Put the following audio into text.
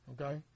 Okay